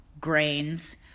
grains